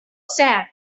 said